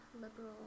liberal